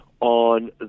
on